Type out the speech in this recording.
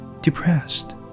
depressed